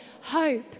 hope